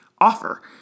offer